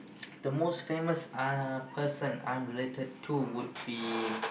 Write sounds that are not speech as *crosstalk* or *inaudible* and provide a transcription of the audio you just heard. *noise* the most famous uh person I'm related to would be